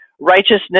righteousness